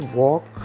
walk